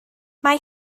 mae